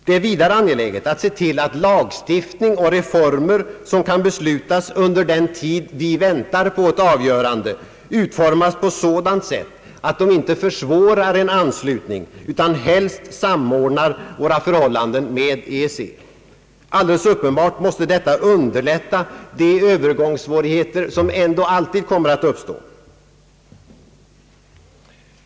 Det är vidare angeläget att se till att lagstiftning och reformer som kan beslutas under den tid vi väntar på ett avgörande utformas på sådant sätt att de inte försvårar en anslutning utan helst samordnar våra förhållanden med EEC. Alldeles uppenbart måste detta underlätta de övergångssvårigheter som ändå alltid kommer att uppstå.